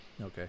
okay